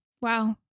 Wow